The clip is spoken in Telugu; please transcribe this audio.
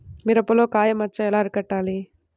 మిరపలో కాయ మచ్చ ఎలా అరికట్టాలి?